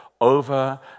over